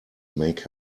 make